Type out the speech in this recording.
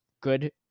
good